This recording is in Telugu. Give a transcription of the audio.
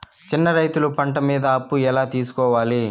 చిన్న రైతులు పంట మీద అప్పు ఎలా తీసుకోవాలి?